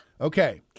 okay